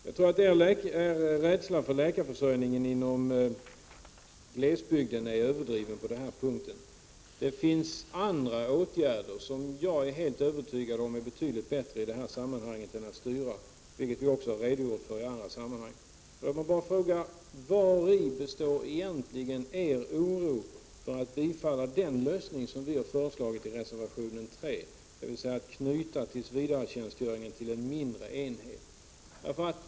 Jag tror att rädslan när det gäller läkarförsörjningen i glesbygden är överdriven på den här punkten. Det finns andra åtgärder — det är jag helt överty gad om — som är betydligt bättre i det här sammanhanget än att styra. Det har vi också redogjort för i andra sammanhang. Låt mig bara fråga: Vari består egentligen er oro när det gäller att bifalla den lösning som vi har föreslagit i reservation 3, dvs. att knyta tillsvidaretjänstgöringen till en mindre enhet?